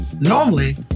normally